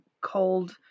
cold